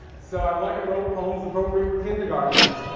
so i went and wrote poems appropriate for kindergartners.